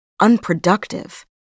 unproductive